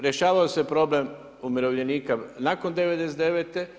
Rješavao se problem umirovljenika nakon 99.